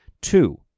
Two